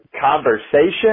conversation